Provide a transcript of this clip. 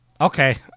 Okay